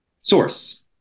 source